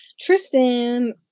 Tristan